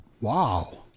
Wow